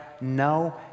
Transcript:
no